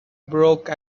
broke